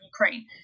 Ukraine